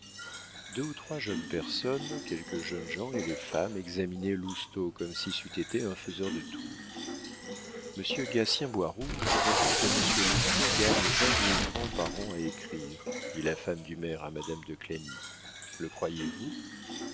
deux ou trois jeunes personnes quelques jeunes gens et les femmes examinaient lousteau comme si c'eût été un faiseur de tours monsieur gatien boirouge prétend que monsieur lousteau gagne vingt mille francs par an à écrire dit la femme du maire à madame de clagny le croyez-vous